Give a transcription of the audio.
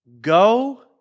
go